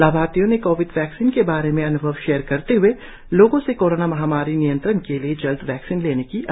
लाभार्थियों ने covid vaccine के बारे में अन्भव शेयर करते हए लोगों से कोरोना महामारी पर नियंत्रण के लिए जल्द वैक्सीन लेने की अपील की है